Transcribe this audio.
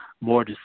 more